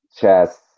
Chess